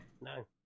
no